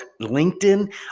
LinkedIn